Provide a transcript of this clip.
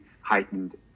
heightened